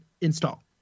install